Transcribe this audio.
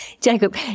Jacob